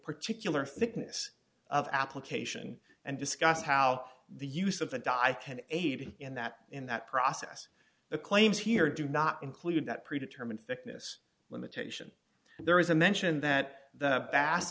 particular thickness of application and discuss how the use of a dye aid in that in that process the claims here do not include that pre determined fitness limitation and there is a mention that the bass